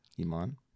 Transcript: Iman